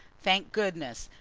thank goodness,